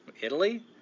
Italy